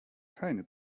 keine